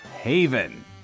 Haven